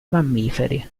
mammiferi